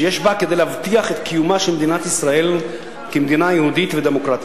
שיש בה כדי להבטיח את קיומה של מדינת ישראל כמדינה יהודית ודמוקרטית.